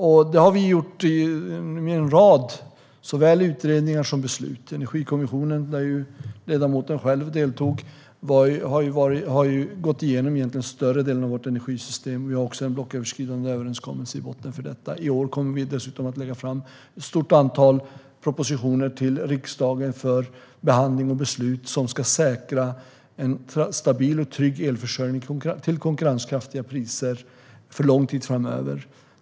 Vi har genomfört en rad utredningar och fattat beslut. Energikommissionen - där ledamoten själv har deltagit - har ju gått igenom större delen av vårt energisystem. Vi har också en blocköverskridande överenskommelse i botten. I år kommer vi dessutom att lägga fram ett stort antal propositioner till riksdagen för behandling och beslut som ska säkra en stabil och trygg elförsörjning till konkurrenskraftiga priser för lång tid framöver.